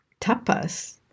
Tapas